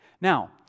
Now